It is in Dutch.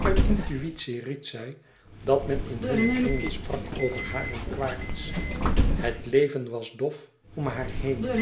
uit intuïtie ried zij dat men in hunne kringen sprak over haar en quaerts het leven was dof om haar heen